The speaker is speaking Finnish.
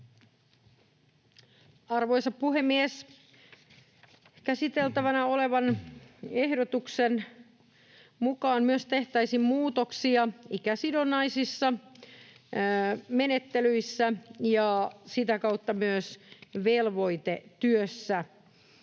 Arvoisa puhemies! Käsiteltävänä olevan ehdotuksen mukaan tehtäisiin myös muutoksia ikäsidonnaisissa menettelyissä ja sitä kautta myös velvoitetyössä,